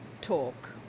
talk